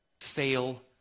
fail